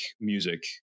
music